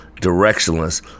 directionless